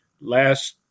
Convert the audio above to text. last